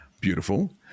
Beautiful